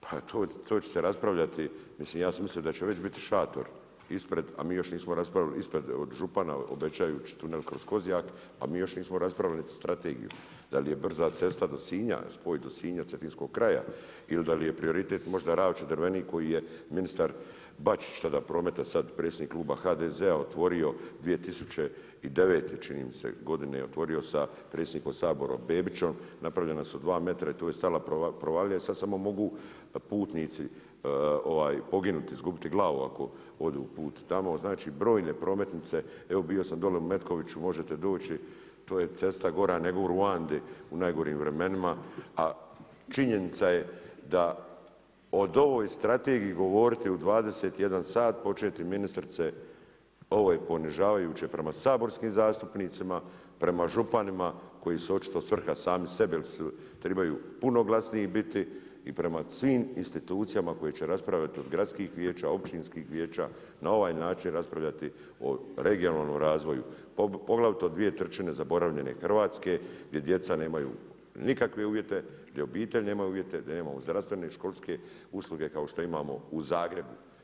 Pa to će raspravljati ja sam već mislio da će već biti šator ispred a mi još nismo raspravili ispred od župana obećaju tunel kroz Kozjak, a mi još nismo raspravili niti strategiju da li je brza cesta do Sinja, spoj do Sinja cetinskog kraja ili da je li je prioritet možda Ravča-Drvenik koji je ministar Bačić tad prometa sada predstavnik kluba HDZ-a otvorio 2009. čini mi se godine, otvorio sa predsjednikom Sabora Bebićem, napravljena su 2 metra i tu je stala provalija i sad samo mogu putnici poginuti, izgubiti glavu ako odu put tamo, znači brojne prometnice, evo bio sam dolje u Metkoviću, možete doći, to je cesta gora nego u Ruandi u najgorim vremenima, a činjenica je da o ovoj strategiji govoriti u 21 sat, početi ministrice, ovo je ponižavajuće prema saborskim zastupnicima, prema županima koji su očito svrha sami sebi jer trebaju puno glasniji biti i prema svim institucijama koje se raspravljati od gradskih vijeća, općinskih vijeća, na ovaj način raspravljati o regionalnom razvoju poglavito 2/3 zaboravljene Hrvatske gdje djeca nemaju nikakve uvjete, gdje obitelji nemaju uvjete, da imamo zdravstvene, školske usluge kao što imamo u Zagrebu.